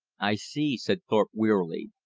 i see, said thorpe wearily,